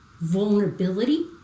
vulnerability